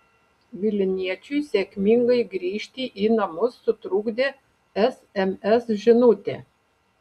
vilniečiui sėkmingai grįžti į namus sutrukdė sms žinutė